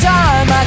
time